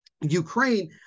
Ukraine